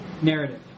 narrative